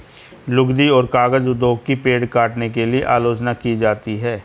लुगदी और कागज उद्योग की पेड़ काटने के लिए आलोचना की जाती है